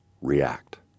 react